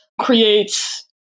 creates